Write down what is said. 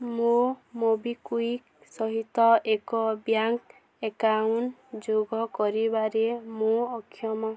ମୋ ମୋବିକ୍ଵିକ୍ ସହିତ ଏକ ବ୍ୟାଙ୍କ୍ ଆକାଉଣ୍ଟ ଯୋଗ କରିବାରେ ମୁଁ ଅକ୍ଷମ